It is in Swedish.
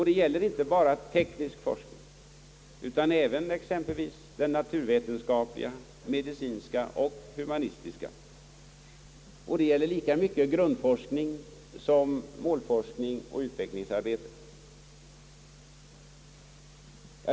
Det gäller inte bara teknisk forskning, utan även exempelvis naturvetenskaplig, medicinsk och humanistisk, och det gäller lika mycket grundforskning som målforskning och utvecklingsarbete.